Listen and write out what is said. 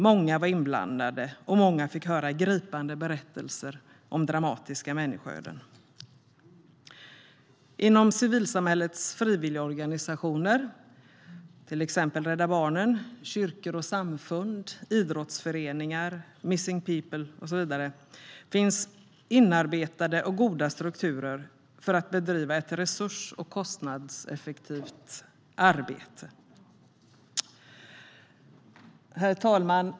Många var inblandade, och många fick höra gripande berättelser om dramatiska människoöden. Inom civilsamhällets frivilligorganisationer, till exempel Rädda Barnen, kyrkor och samfund, idrottsföreningar, Missing People och så vidare, finns inarbetade och goda strukturer för att bedriva ett resurs och kostnadseffektivt arbete. Herr talman!